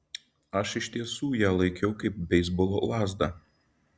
aš iš tiesų ją laikiau kaip beisbolo lazdą